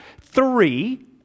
three